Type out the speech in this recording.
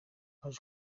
haje